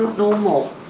normal.